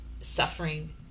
suffering